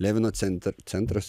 levino centr centras